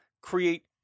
create